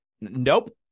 nope